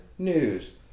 news